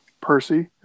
Percy